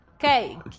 Okay